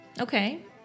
Okay